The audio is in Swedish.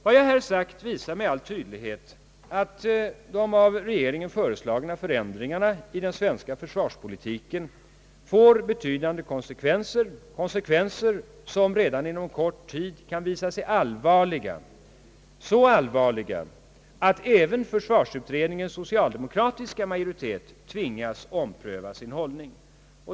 Vad jag här sagt visar med all tydlighet att de av regeringen föreslagna förändringarna i den svenska försvarspolitiken får betydande konsekvenser, som redan inom kort tid kan visa sig vara så allvarliga att även försvarsutredningens socialdemokratiska majoritet tvingas ompröva sin hållning.